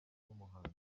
nk’umuhanzi